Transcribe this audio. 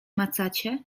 macacie